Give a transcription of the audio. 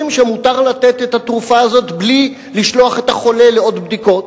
שמותר לתת את התרופה הזאת בלי לשלוח את החולה לעוד בדיקות,